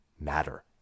matter